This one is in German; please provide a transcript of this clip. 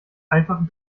einfachen